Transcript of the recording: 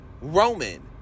roman